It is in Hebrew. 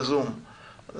בזום,